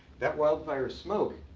that wildfire smoke,